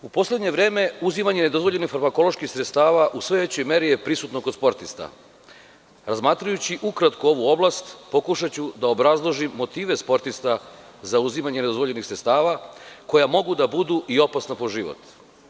U poslednje vreme, uzimanje nedozvoljenih farmakoloških sredstava u sledećoj meri je prisutno kod sportista, a razmatrajući ukratko ovu oblast, pokušaću da obrazložim motive sportista za uzimanje nedozvoljenih sredstava, koja mogu da budu i opasna po život.